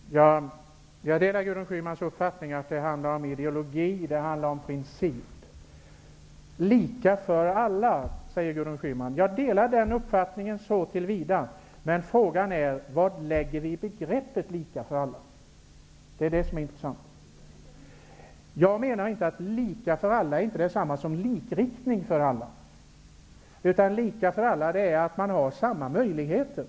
Herr talman! Jag delar Gudrun Schymans uppfattning att det handlar om ideologi och principer. Gudrun Schyman säger att det skall vara lika för alla. Jag delar den uppfattningen i sig. Frågan är dock vad vi lägger in i begreppet ''lika för alla''. Det är det som är det intressanta. Med lika för alla menar jag inte detsamma som likriktning för alla. Lika för alla innebär att man har samma möjligheter.